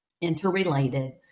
interrelated